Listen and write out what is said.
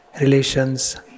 relations